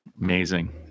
amazing